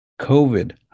COVID